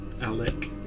Alec